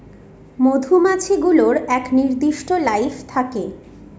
মধুমাছি গুলোর এক নির্দিষ্ট লাইফ থাকে